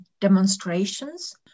demonstrations